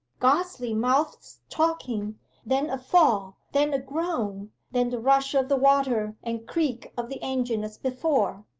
ghostly mouths talking then a fall then a groan then the rush of the water and creak of the engine as before.